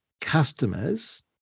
customers